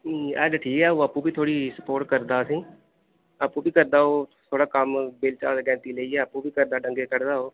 ऐ ते ठीक ऐ ओह् आपूं बी थोह्ड़ी सपोर्ट करदा असेंगी आपूं बी करदा ओह् थोह्ड़ा कम्म बेलचा गैंती लेइयै आपूं बी करदा डंगे कढदा ओह्